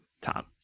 Tom